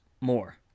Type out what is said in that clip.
more